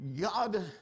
God